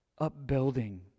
upbuilding